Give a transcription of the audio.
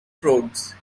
frauds